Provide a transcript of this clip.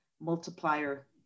multiplier